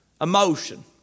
Emotion